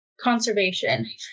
Conservation